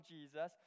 Jesus